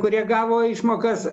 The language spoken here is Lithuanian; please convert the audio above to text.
kurie gavo išmokas